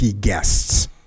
guests